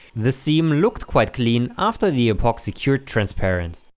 the seam looked quite clean after the epoxy cured transparent.